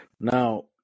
Now